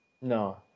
No